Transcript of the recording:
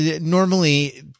normally